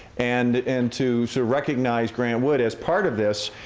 and and to so recognize grant wood as part of this,